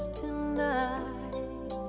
tonight